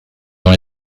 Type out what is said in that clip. dans